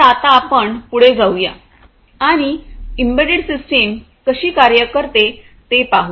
तर आता आपण पुढे जाऊया आणि एम्बेडेड सिस्टम कशी कार्य करते ते पाहू